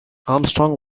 armstrong